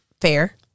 fair